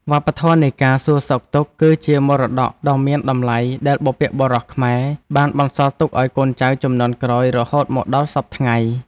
វប្បធម៌នៃការសួរសុខទុក្ខ គឺជាមរតកដ៏មានតម្លៃដែលបុព្វបុរសខ្មែរបានបន្សល់ទុកឱ្យកូនចៅជំនាន់ក្រោយរហូតមកដល់សព្វថ្ងៃ។